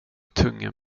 tunga